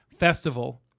festival